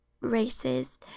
races